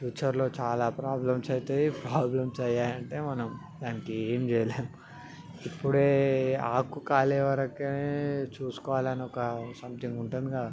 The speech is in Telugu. ఫ్యూచర్లో చాలా ప్రాబ్లమ్స్ అవుతాయి ప్రాబ్లమ్స్ అయ్యాయి అంటే మనం దానికి ఏం చేయలేం ఇప్పుడే ఆకు కాలే వరకే చూసుకోవాలి అని ఒక సంథింగ్ ఉంటుంది కదా